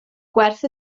gwerth